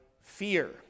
fear